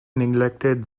neglected